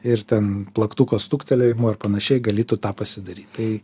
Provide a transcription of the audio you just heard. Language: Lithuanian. ir ten plaktuko stuktelėjimu ar panašiai gal i tu tą pasidaryt